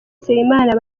nsengimana